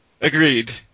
Agreed